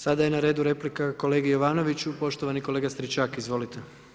Sada je na redu replika kolegi Jovanoviću, poštovani kolega Stričak, izvolite.